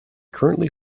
currently